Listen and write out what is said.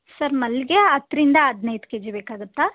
sir ಮಲ್ಲಿಗೆ ಹತ್ತರಿಂದ ಹದಿನೈದು ಕೆ ಜಿ ಬೇಕಾಗತ್ತಾ